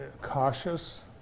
Cautious